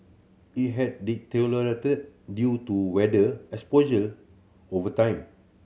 it had deteriorated due to weather exposure over time